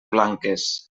blanques